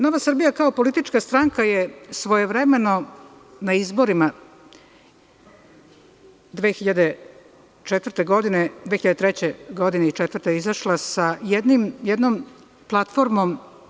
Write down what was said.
Nova Srbija, kao politička stranka, je svojevremeno na izborima 2003. i 2004. godine izašla sa jednom platformom.